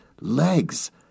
legs